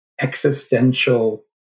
existential